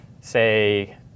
say